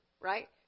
right